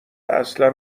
اصلا